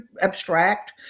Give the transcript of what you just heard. abstract